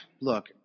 look